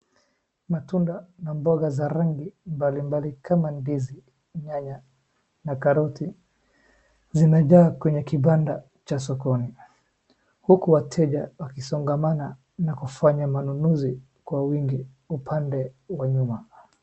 Matunda na mboga za rangi mbalimbali kama ndizi, nyanya na karoti zimejaa kwenye kibanda cha sokoni, huku wateja wakisongamana na kufanya manunuzi kwa wingi upande wa nyuma.